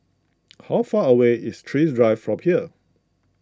how far away is Thrift Drive from here